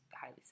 highly